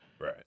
Right